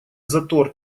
затор